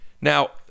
now